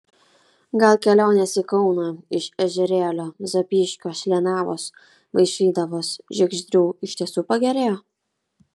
gal kelionės į kauną iš ežerėlio zapyškio šlienavos vaišvydavos žiegždrių iš tiesų pagerėjo